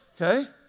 okay